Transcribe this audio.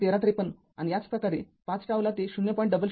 १३५३ आणि याच प्रकारे ५ ζ ला ते ०